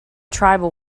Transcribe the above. tribal